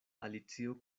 alicio